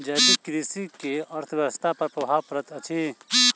जैविक कृषि के अर्थव्यवस्था पर प्रभाव पड़ैत अछि